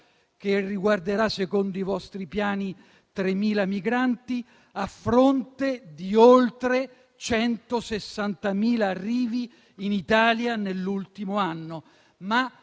che riguarderà, secondo i vostri piani, 3.000 migranti a fronte di oltre 160.000 arrivi in Italia nell'ultimo anno,